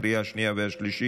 לקריאה השנייה והשלישית.